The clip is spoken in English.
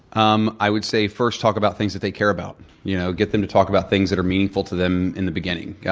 um i would say, first, talk about things that they care about. you know get them to talk about things that are meaningful to them in the beginning, yeah